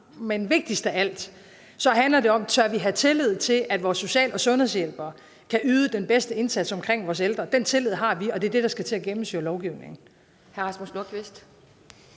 Men vigtigst af alt handler det om, om vi tør have tillid til, at vores social- og sundhedshjælpere kan yde den bedste indsats for vores ældre. Den tillid har vi, og det er det, der skal til at gennemsyre lovgivningen.